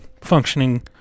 functioning